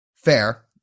Fair